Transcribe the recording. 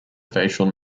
facial